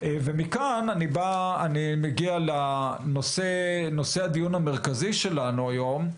ומכאן אני מגיע לנושא הדיון המרכזי שלנו היום,